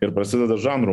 ir prasideda žanrų